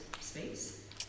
space